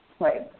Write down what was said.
Right